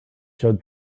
showed